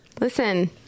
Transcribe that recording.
Listen